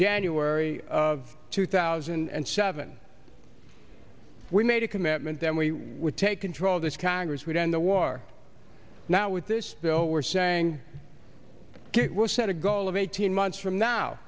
january of two thousand and seven we made a commitment then we would take control of this congress would end the war now with this bill we're saying it will set a goal of eighteen months from now